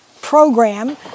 program